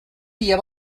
dia